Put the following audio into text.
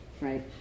right